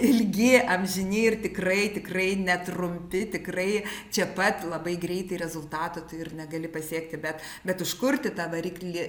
ilgi amžini ir tikrai tikrai netrumpi tikrai čia pat labai greitai rezultatų tu ir negali pasiekti bet bet užkurti tą variklį